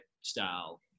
style